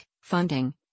funding